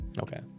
Okay